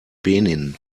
benin